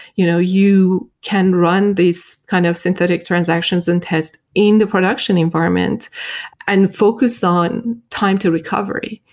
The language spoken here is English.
you know you can run these kind of synthetic transactions and test in the production environment and focus on time to recovery.